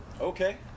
Okay